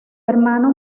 hermano